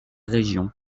région